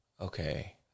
Okay